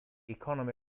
economy